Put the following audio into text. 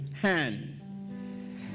hand